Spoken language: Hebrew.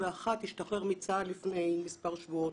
השתחרר מצה"ל לפני מספר שבועות.